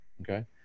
okay